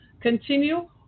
continue